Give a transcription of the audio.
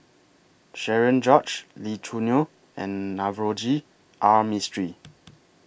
Cherian George Lee Choo Neo and Navroji R Mistri